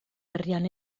herrian